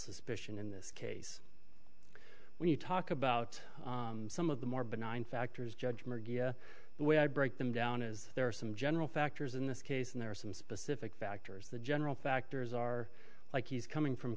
suspicion in this case when you talk about some of the more benign factors judgment the way i break them down is there are some general factors in this case and there are some specific factors the general factors are like he's coming from